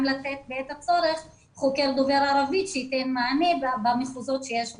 לתת בעת הצורך חוקר דובר ערבית שייתן מענה במחוזות שיש בהם.